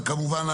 כמובן,